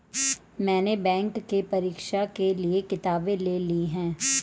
मैने बैंक के परीक्षा के लिऐ किताबें ले ली हैं